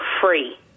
free